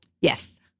Yes